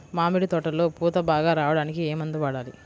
మామిడి తోటలో పూత బాగా రావడానికి ఏ మందు వాడాలి?